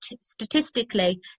statistically